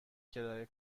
کرایه